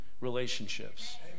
relationships